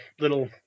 little